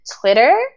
Twitter